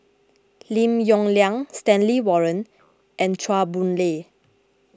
Lim Yong Liang Stanley Warren and Chua Boon Lay